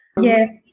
Yes